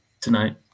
tonight